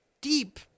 deep